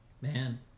man